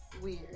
weird